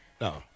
No